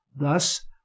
Thus